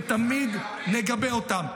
ותמיד נגבה אותם,